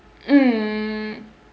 mm